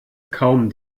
kaum